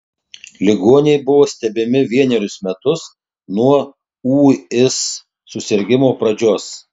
ligoniai buvo stebimi vienerius metus nuo ūis susirgimo pradžios